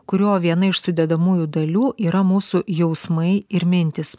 kurio viena iš sudedamųjų dalių yra mūsų jausmai ir mintys